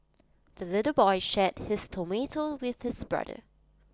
the little boy shared his tomato with his brother